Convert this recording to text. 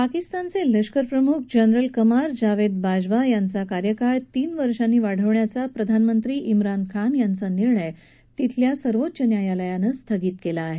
पाकिस्तानचे लष्कर प्रमुख जनरल कमार जावेद बाजवा यांचा कार्यकाळ तीन वर्षांनी वाढवण्याचा प्रधानमंत्री जिन खान यांचा निर्णय सर्वोच्च न्यायालयानं स्थगित केला आहे